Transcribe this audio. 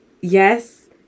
yes